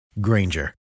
Granger